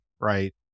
right